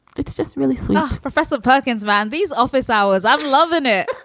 it's just really smart professor perkins ran these office hours. i'm loving it.